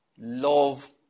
Love